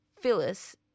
Phyllis